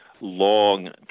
long